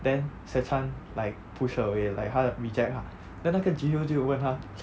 then se chan like push her away like 他 reject 她 then 那个 ji hyo 就问他